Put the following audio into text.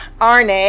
Arne